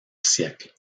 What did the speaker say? siècle